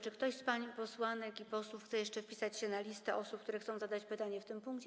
Czy ktoś z pań posłanek i panów posłów chce jeszcze wpisać się na listę osób, które chcą zadać pytanie w tym punkcie?